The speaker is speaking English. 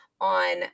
on